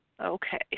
Okay